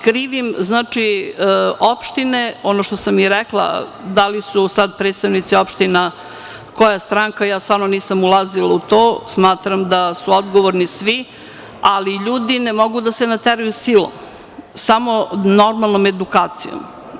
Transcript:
Krivim opštine, ono što sam i rekla, da li su sad predstavnici opština, koja stranka, ja nisam ulazila u to, smatram da su odgovorni svi, ali ljudi ne mogu da se nateraju silom, već samo normalnom edukacijom.